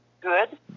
good